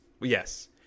Yes